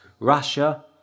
Russia